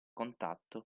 contatto